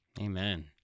Amen